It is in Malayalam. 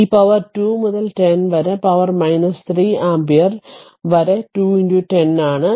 ഇത് പവർ 2 മുതൽ 10 വരെ പവർ 3 ആമ്പിയർ വരെ 2 10 ആണ്